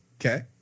Okay